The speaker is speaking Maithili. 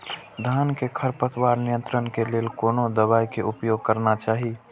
धान में खरपतवार नियंत्रण के लेल कोनो दवाई के उपयोग करना चाही?